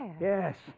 Yes